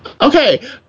Okay